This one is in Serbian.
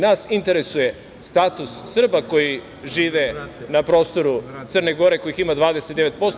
Nas interesuje status Srba koji žive na prostoru Crne Gore, kojih ima 29%